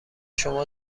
شما